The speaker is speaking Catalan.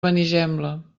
benigembla